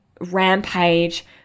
rampage